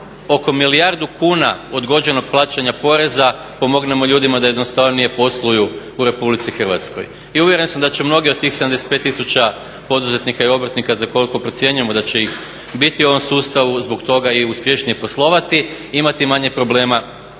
oko milijardu kuna odgođenog plaćanja poreza pomognemo ljudima da jednostavnije posluju u RH. I uvjeren sam da će mnogi od tih 75 tisuća poduzetnika i obrtnika za koliko procjenjujemo da će ih biti u ovom sustavu zbog toga i uspješnije poslovati i imati manje problema